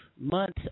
months